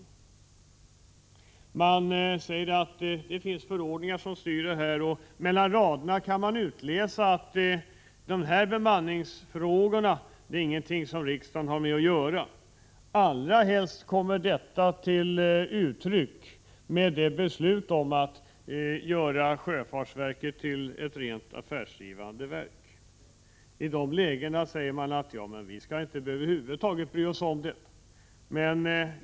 Utskottet säger att det finns förordningar som styr det här, och mellan raderna kan man läsa att utskottet anser att riksdagen inte har med dessa bemanningsfrågor att göra. Bäst kommer det till uttryck i förslaget att göra sjöfartsverket till ett rent affärsdrivande verk. Blir det så kan man hävda att vi över huvud taget inte skall lägga oss i detta.